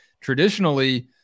traditionally